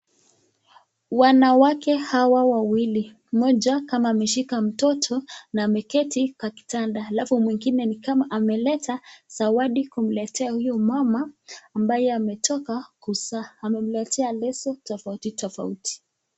Wanawake hawa wawili, mmoja kama ameshika mtoto na ameketi kwa kitanda alafu mwingine ni kama ameleta zawadi kumletea huyu mama ambaye ametoka kuzaa ,amemletea leso tofauti tofauti.